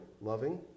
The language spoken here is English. loving